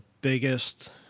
biggest